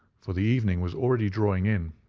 for the evening was already drawing in.